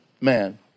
man